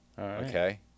okay